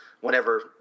whenever